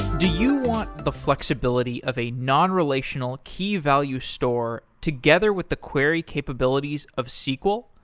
do you want the flexibility of a non-relational, key-value store, together with the query capabilities of sql?